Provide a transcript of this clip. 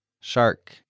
Shark